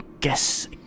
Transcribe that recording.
guess